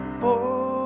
boy